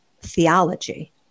theology